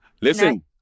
Listen